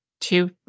two